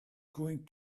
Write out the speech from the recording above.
going